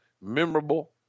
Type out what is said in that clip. memorable